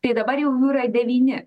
tai dabar jau jų yra devyni